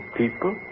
people